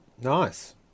nice